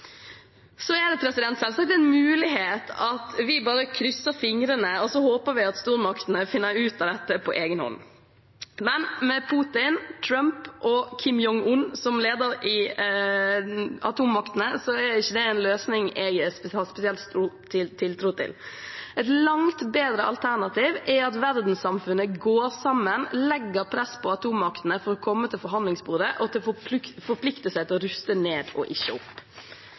Det er selvsagt en mulighet at vi bare krysser fingrene og håper stormaktene finner ut av dette på egen hånd. Men med Putin, Trump og Kim Jung-un som ledere for atommaktene er ikke det en løsning jeg har spesielt stor tiltro til. Et langt bedre alternativ er at verdenssamfunnet går sammen og legger press på atommaktene for at de skal komme til forhandlingsbordet og forplikte seg til å ruste ned og ikke opp.